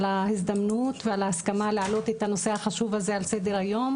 על ההזדמנות ועל ההסכמה להעלות את הנושא החשוב הזה על סדר-היום,